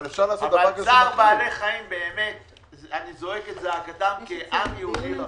אבל צער בעלי חיים אני זועק את זעקתם כעם יהודי רחמן.